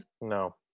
No